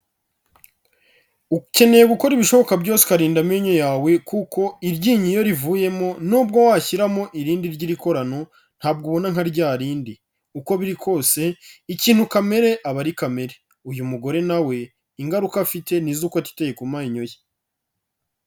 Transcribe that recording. Ukeneye gukora ibishoboka byose ukarinda amenyo yawe, kuko iryinyo iyo rivuyemo, nubwo washyiramo irindi ry'irikorano, ntabwo ubona nka rya rindi. Uko biri kose ikintu kamere aba ari kamere. Uyu mugore na we, ingaruka afite ni iz'uko atitaye ku menyo ye.